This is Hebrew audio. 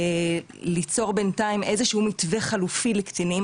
ליצור בינתיים איזשהו מתווה חלופי לקטינים